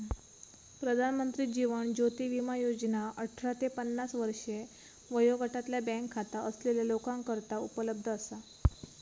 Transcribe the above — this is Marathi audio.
प्रधानमंत्री जीवन ज्योती विमा योजना अठरा ते पन्नास वर्षे वयोगटातल्या बँक खाता असलेल्या लोकांकरता उपलब्ध असा